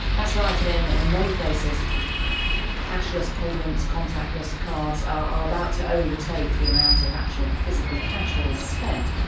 that's right, and and and in many places cashless payments, contactless cards are are about to overtake the amount of actual physical cash that is spent,